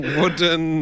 wooden